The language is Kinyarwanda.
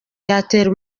yatera